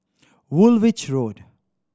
Woolwich Road